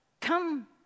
come